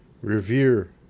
revere